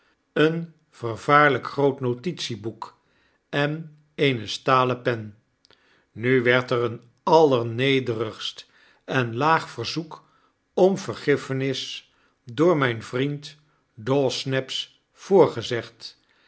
eenvervaarlyk groot notitieboek en eene stalen pen nu werd er een allernederigst en laag verzoek om vergiffenis door myn vriend dawsnaps voorgezegd